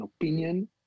opinion